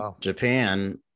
Japan